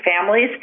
Families